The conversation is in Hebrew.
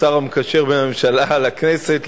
כשר המקשר בין הממשלה לכנסת,